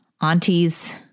aunties